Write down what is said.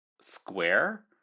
square